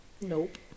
Nope